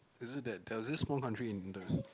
is it that there's this small country in the